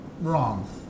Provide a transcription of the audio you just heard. wrong